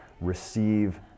Receive